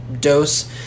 dose